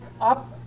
up